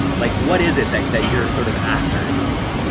like what is it that that you're sort of after in life?